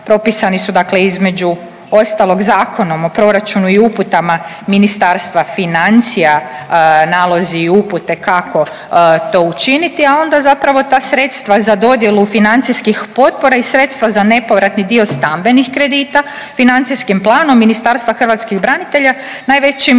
propisani su dakle između ostalog Zakonom o proračunu i uputama Ministarstva financija nalozi i upute kako to učiniti, a onda zapravo ta sredstva za dodjelu financijskih potpora i sredstva za nepovratni dio stambenih kredita financijskim planom Ministarstva hrvatskih branitelja najvećim